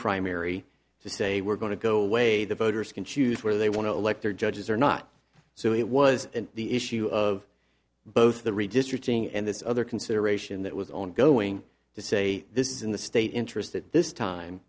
primary to say we're going to go away the voters can choose where they want to elect their judges or not so it was the issue of both the redistricting and this other consideration that was ongoing to say this in the state interest at this time